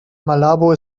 malabo